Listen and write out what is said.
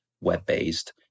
web-based